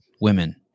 women